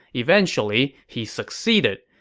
eventually he succeeded.